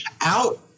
out